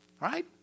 Right